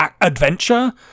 adventure